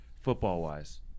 football-wise